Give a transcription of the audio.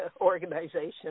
Organization